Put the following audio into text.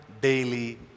daily